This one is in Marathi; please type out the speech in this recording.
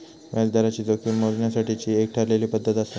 व्याजदराची जोखीम मोजण्यासाठीची एक ठरलेली पद्धत आसा